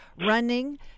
running